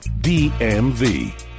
DMV